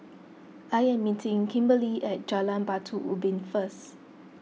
I am meeting Kimberley at Jalan Batu Ubin First